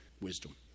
wisdom